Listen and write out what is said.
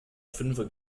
fünfe